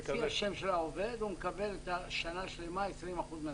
לפי שם העובד, הוא מקבל שנה שלמה 20% מהשכר.